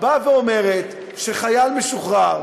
היא באה ואומרת שחייל משוחרר,